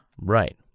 Right